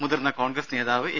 മുതിർന്ന കോൺഗ്രസ് നേതാവ് എ